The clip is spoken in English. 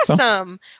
awesome